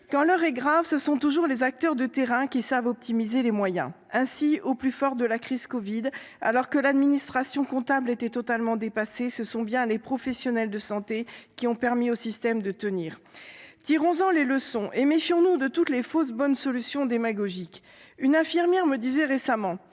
Quand l’heure est grave, ce sont toujours les acteurs de terrain qui savent optimiser les moyens. Ainsi, au plus fort de la crise du covid 19, alors que l’administration comptable était totalement dépassée, ce sont bien les professionnels de santé qui ont permis au système de tenir. Tirons en les leçons et méfions nous de toutes les fausses bonnes solutions démagogiques ! Une infirmière me disait récemment